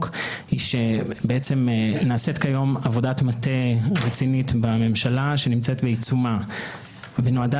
היא שנעשית כיום עבודת מטה רצינית בממשלה שנמצאת בעיצומה ונועדה